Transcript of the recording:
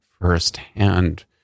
firsthand